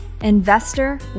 investor